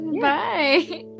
Bye